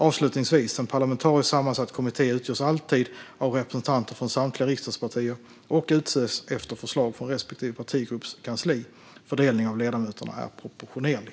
Avslutningsvis: En parlamentariskt sammansatt kommitté utgörs alltid av representanter från samtliga riksdagspartier och utses efter förslag från respektive partigrupps kansli. Fördelningen av ledamöterna är proportionerlig.